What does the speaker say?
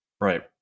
Right